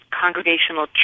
congregational